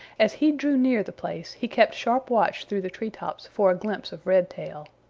as he drew near the place he kept sharp watch through the treetops for a glimpse of redtail.